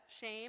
Shame